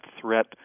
threat